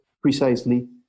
precisely